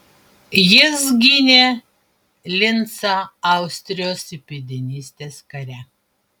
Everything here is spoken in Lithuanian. jis gynė lincą austrijos įpėdinystės kare